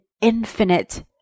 infinite